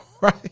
Right